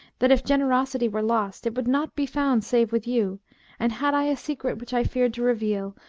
that if generosity were lost, it would not be found save with you and had i a secret which i feared to reveal,